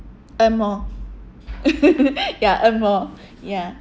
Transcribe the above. earn more ya earn more ya